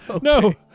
No